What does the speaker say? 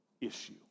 issue